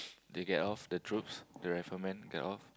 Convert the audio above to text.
they get off the troops the rifleman get off